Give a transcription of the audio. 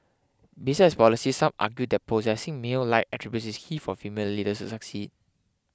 besides policies some argue that possessing male like attributes is key for female leaders to succeed